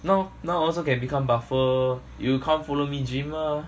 now now also can become buffer you come follow me gym lah